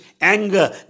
anger